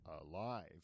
alive